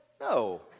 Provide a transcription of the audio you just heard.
no